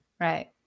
Right